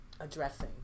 addressing